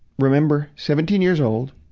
remember, seventeen years old,